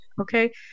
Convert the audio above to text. Okay